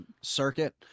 circuit